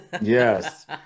Yes